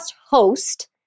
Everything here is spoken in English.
host